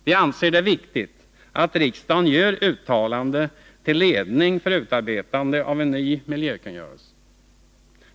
Vi anser det viktigt att riksdagen gör ett uttalande till ledning för utarbetandet av en ny miljökungö relse.